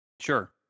Sure